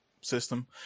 system